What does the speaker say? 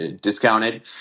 discounted